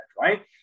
right